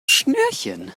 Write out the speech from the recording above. schnürchen